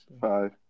Five